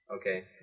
Okay